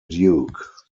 duke